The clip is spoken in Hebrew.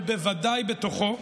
ובוודאי בתוכו,